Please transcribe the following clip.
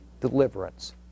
deliverance